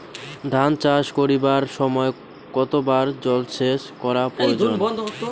ধান চাষ করিবার সময় কতবার জলসেচ করা প্রয়োজন?